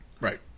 Right